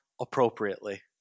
appropriately